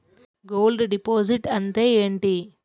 Gold deposit అంతే ఎంటి?